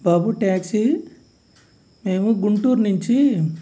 బాబు taxi మేము గుంటూరు నుంచి